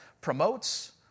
promotes